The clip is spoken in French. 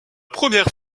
première